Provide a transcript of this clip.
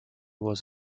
was